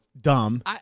dumb